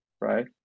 right